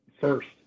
first